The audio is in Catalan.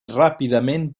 ràpidament